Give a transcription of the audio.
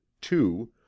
two